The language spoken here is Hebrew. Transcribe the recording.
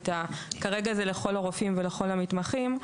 כרגע זה לכל הרופאים ולכל המתמחים,